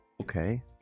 Okay